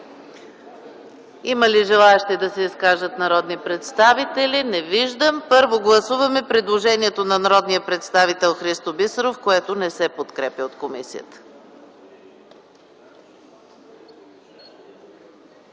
Има ли желаещи народни представители да се изкажат? Няма. Първо, гласуваме предложението на народния представител Христо Бисеров, което не се подкрепя от комисията.